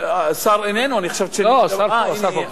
השר איננו, חשבתי שאני מדבר, לא, השר פה.